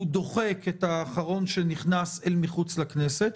הוא דוחק את האחרון שנכנס אל מחוץ לכנסת,